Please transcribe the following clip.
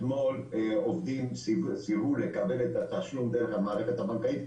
אתמול עובדים סירבו לקבל את התשלום דרך המערכת הבנקאית,